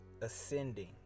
Ascending